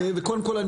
וקודם כל,